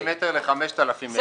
אי-אפשר לשפץ 1,000 מטר ל-5,000 מטר.